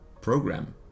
program